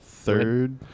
third